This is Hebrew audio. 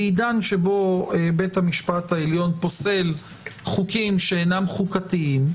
בעידן שבו בית המשפט העליון פוסל חוקים שאינם חוקתיים,